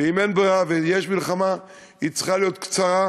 ואם אין ברירה ויש מלחמה, היא צריכה להיות קצרה,